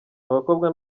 abakobwa